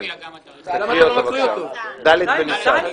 מופיע גם התאריך העברי - ד' בניסן.